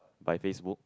by FaceBook